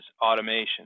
automation